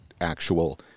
actual